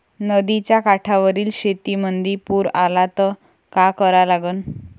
नदीच्या काठावरील शेतीमंदी पूर आला त का करा लागन?